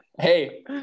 hey